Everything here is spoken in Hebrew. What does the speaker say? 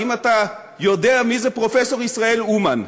האם אתה יודע מי זה פרופסור ישראל אומן?